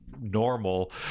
normal